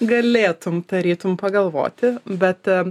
galėtum tarytum pagalvoti bet